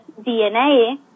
DNA